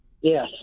Yes